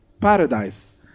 Paradise